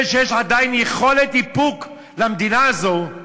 זה שיש עדיין יכולת איפוק למדינה הזאת,